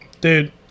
Dude